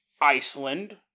Iceland